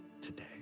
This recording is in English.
today